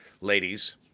ladies